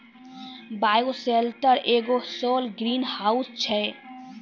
bioshelter एगो सौर greenhouse छै